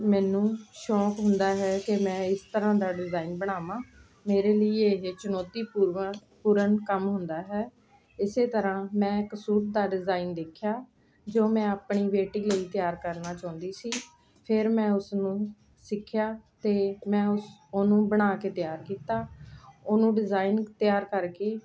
ਮੈਨੂੰ ਸ਼ੌਂਕ ਹੁੰਦਾ ਹੈ ਕਿ ਮੈਂ ਇਸ ਤਰ੍ਹਾਂ ਦਾ ਡਿਜ਼ਾਇਨ ਬਣਾਵਾਂ ਮੇਰੇ ਲਈ ਇਹ ਚੁਣੌਤੀ ਪੂਰਵ ਪੂਰਨ ਕੰਮ ਹੁੰਦਾ ਹੈ ਇਸੇ ਤਰ੍ਹਾਂ ਮੈਂ ਇੱਕ ਸੂਟ ਦਾ ਡਿਜ਼ਾਇਨ ਦੇਖਿਆ ਜੋ ਮੈਂ ਆਪਣੀ ਬੇਟੀ ਲਈ ਤਿਆਰ ਕਰਨਾ ਚਾਹੁੰਦੀ ਸੀ ਫਿਰ ਮੈਂ ਉਸ ਨੂੰ ਸਿੱਖਿਆ ਅਤੇ ਮੈਂ ਉਸ ਉਹਨੂੰ ਬਣਾ ਕੇ ਤਿਆਰ ਕੀਤਾ ਉਹਨੂੰ ਡਿਜ਼ਾਇਨ ਤਿਆਰ ਕਰਕੇ